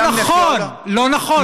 לא נכון, לא נכון.